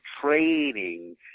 trading